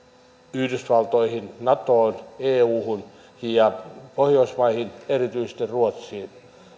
yhdysvaltoihin natoon euhun ja pohjoismaihin erityisesti ruotsiin